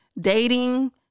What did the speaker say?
dating